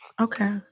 Okay